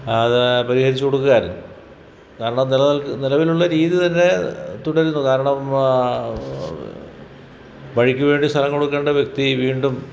അത് പരിഹരിച്ചു കൊടുക്കുകയായിരുന്നു കാരണം നിലവിൽ നിലവിലുള്ള രീതി തന്നെ തുടരുന്നു കാരണം വഴിക്കു വേണ്ടി സ്ഥലം കൊടുക്കേണ്ട വ്യക്തി വീണ്ടും